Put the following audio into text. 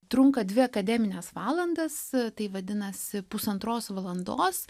trunka dvi akademines valandas tai vadinasi pusantros valandos